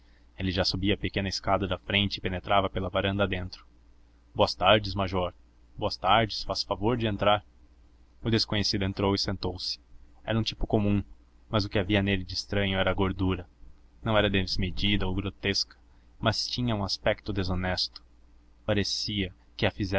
ele já subia a pequena escada da frente e penetrava pela varanda adentro boas tardes major boas tardes faça o favor de entrar o desconhecido entrou e sentou-se era um tipo comum mas o que havia nele de estranho era a gordura não era desmedida ou grotesca mas tinha um aspecto desonesto parecia que a